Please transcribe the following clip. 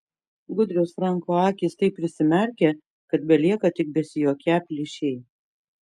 gudrios franko akys taip prisimerkia kad belieka tik besijuokią plyšiai